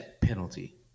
penalty